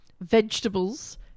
vegetables